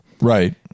Right